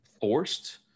forced